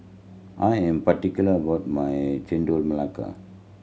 I am particular about my Chendol Melaka